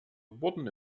wurden